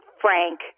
Frank